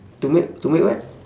to make to make what